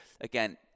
again